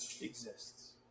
exists